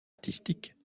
artistiques